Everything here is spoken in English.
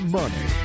money